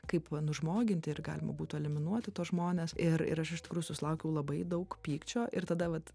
kaip nužmoginti ir galima būtų eliminuoti tuos žmones ir ir aš iš tikrųjų susilaukiau labai daug pykčio ir tada vat